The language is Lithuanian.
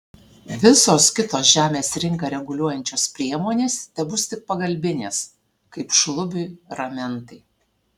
visos kitos žemės rinką reguliuojančios priemonės tebus tik pagalbinės kaip šlubiui ramentai